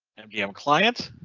mdm client.